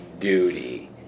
duty